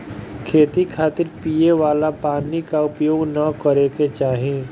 खेती खातिर पिए वाला पानी क उपयोग ना करे के चाही